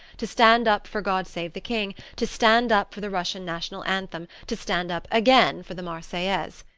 to stand up for god save the king, to stand up for the russian national anthem, to stand up again for the marseillaise.